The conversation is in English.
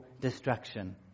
destruction